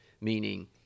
Meaning